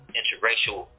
interracial